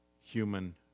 human